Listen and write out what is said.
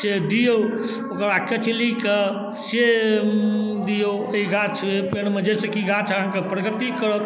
से दिऔ ओकरा केचुलीके से दिऔ अइ गाछ पेड़मे जाहिसँ कि गाछ अहाँके प्रगति करत